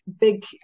big